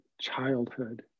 childhood